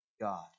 God